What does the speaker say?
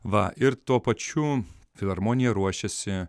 va ir tuo pačiu filharmonija ruošiasi